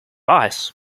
ice